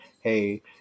hey